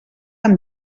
amb